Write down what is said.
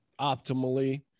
optimally